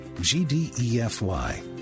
G-D-E-F-Y